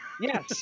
Yes